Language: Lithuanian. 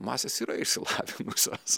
masės yra išsilavinusios